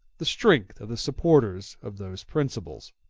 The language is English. the strength of the supporters of those principles.